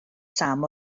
sam